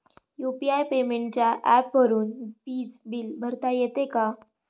UPI पेमेंटच्या ऍपवरुन वीज बिल भरता येते का?